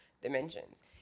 dimensions